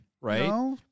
right